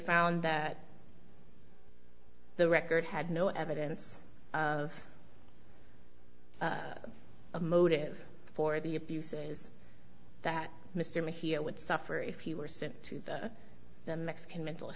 found that the record had no evidence of a motive for the abuses that mr me here would suffer if he were sent to the mexican mental